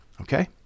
Okay